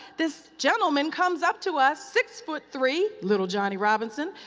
this gentleman comes up to us, six foot three, little johnny robinson,